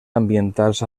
ambientals